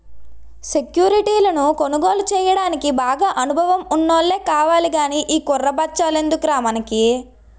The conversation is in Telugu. సెక్యురిటీలను కొనుగోలు చెయ్యడానికి బాగా అనుభవం ఉన్నోల్లే కావాలి గానీ ఈ కుర్ర బచ్చాలెందుకురా మనకి